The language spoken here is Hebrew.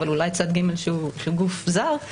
אבל אולי צד ג' שהוא גוף זר.